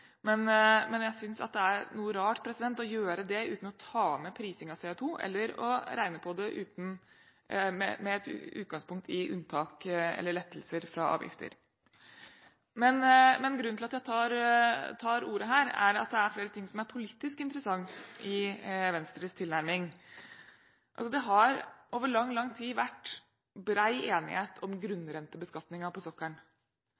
men jeg synes det er noe rart å gjøre det uten å ta med prising av CO2, eller å regne på det med et utgangspunkt i unntak eller lettelser fra avgifter. Men grunnen til at jeg tar ordet, er at det er flere ting som er politisk interessante i Venstres tilnærming. Det har over lang tid vært bred enighet om grunnrentebeskatningen på sokkelen.